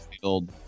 field